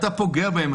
אתה פוגע בהם,